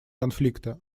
конфликта